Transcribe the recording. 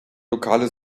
lokale